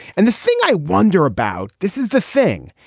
and the thing i wonder about this is the thing.